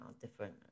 different